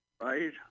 right